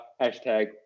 hashtag